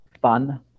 fun